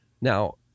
Now